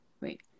Wait